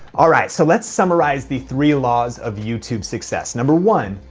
all right, so let's summarize the three laws of youtube success. number one,